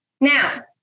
now